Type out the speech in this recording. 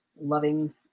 loving